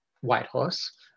Whitehorse